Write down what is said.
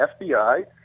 FBI